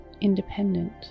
independent